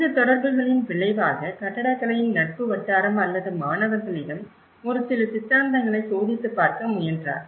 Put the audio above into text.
இந்த தொடர்புகளின் விளைவாக கட்டடக்கலையின் நட்பு வட்டாரம் அல்லது மாணவர்களிடம் ஒரு சில சித்தாந்தங்களை சோதித்துப் பார்க்க முயன்றார்